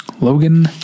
Logan